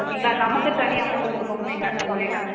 ஓகேங்களா நமக்கு தனி அமௌண்ட்டு கொடுக்கணும் நீங்கள் சொல்லிவிட்டன்